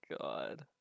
god